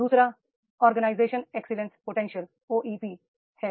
दू सरा organisation excellence potential है